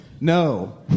No